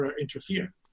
interfere